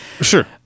sure